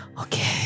Okay